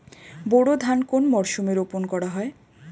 বোরো ধান কোন মরশুমে রোপণ করা হয়?